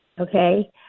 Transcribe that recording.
okay